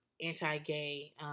anti-gay